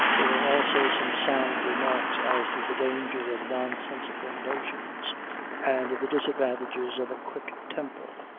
there were also some sound remarks as to the danger of nonsensical notions and the disadvantages of a quick temper.